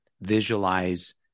visualize